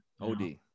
OD